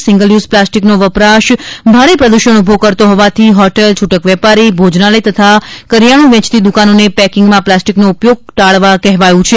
single use પ્લાસ્ટિકનો વપરાશ ભારે પ્રદુષણ ઉભું કરતો હોવાથી હોટલ છુટક વેપારી રેસ્ટોરન્ટ ભોજનાલય તથા કરિયાણું વેચતી દુકાનોને પેકિંગમાં પ્લાસ્ટિકનો ઉપયોગ ટાળવા કહેવાયું છે